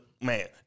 man